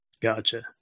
Gotcha